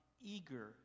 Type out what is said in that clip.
eager